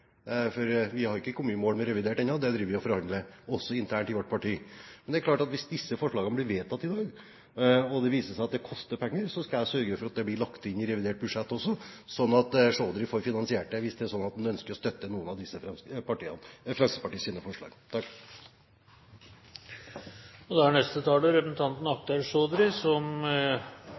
for vi har ikke kommet i mål med revidert ennå. Vi driver og forhandler, også internt i vårt parti. Men det er klart at hvis disse forslagene blir vedtatt i dag, og det viser seg at det koster penger, skal jeg sørge for at det blir lagt inn i revidert budsjett også, sånn at Chaudhry får finansiert det, hvis det er sånn at han ønsker å støtte noen av